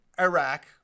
Iraq